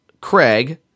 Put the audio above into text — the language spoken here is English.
Craig